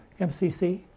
MCC